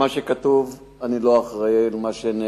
מה שכתוב, אני לא אחראי על מה שנאמר.